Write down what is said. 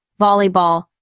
volleyball